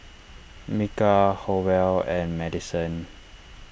Micah Howell and Maddison